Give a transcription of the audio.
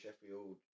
Sheffield